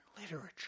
literature